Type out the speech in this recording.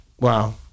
Wow